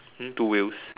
um two wheels